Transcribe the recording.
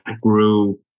grew